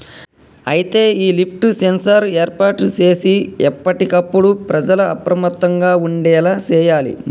అయితే ఈ lift sensor ఏర్పాటు సేసి ఎప్పటికప్పుడు ప్రజల అప్రమత్తంగా ఉండేలా సేయాలి